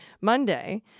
Monday